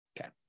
Okay